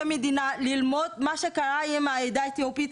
כמדינה ללמוד על מה שקרה עם העדה האתיופית.